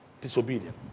Disobedience